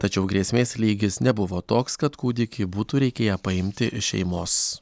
tačiau grėsmės lygis nebuvo toks kad kūdikį būtų reikėję paimti iš šeimos